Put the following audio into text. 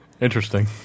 Interesting